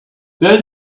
then